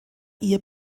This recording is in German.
ihr